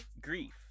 grief